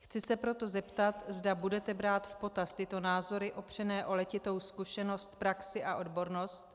Chci se proto zeptat, zda budete brát v potaz tyto názory opřené o letitou zkušenost, praxi a odbornost.